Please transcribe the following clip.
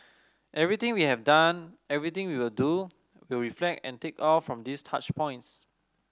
everything we have done everything we will do will reflect and take off from these touch points